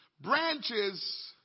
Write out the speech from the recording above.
Branches